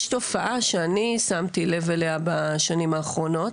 יש תופעה שאני שמתי לב אליה בשנים האחרונות